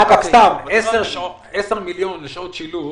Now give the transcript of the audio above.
אגב, דיברנו על 10 מיליון שקלים לשעות שילוב